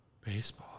Baseball